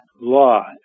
law